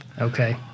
Okay